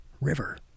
river